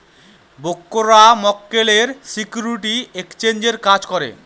ব্রোকাররা মক্কেলের সিকিউরিটি এক্সচেঞ্জের কাজ করে